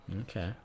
Okay